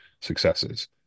successes